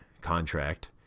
contract